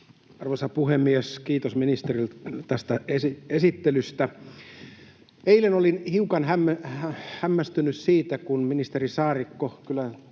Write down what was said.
Arvoisa puhemies! Kiitos ministerille tästä esittelystä. Eilen olin hiukan hämmästynyt siitä, kun ministeri Saarikko kyllä